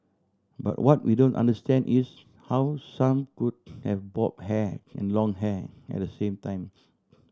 but what we don't understand is how some could have bob hair and long hair at the same time